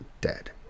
dead